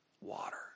water